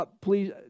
Please